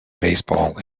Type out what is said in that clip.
baseball